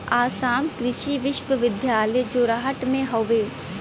आसाम कृषि विश्वविद्यालय जोरहट में हउवे